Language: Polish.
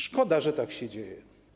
Szkoda, że tak się dzieje.